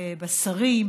בשרים,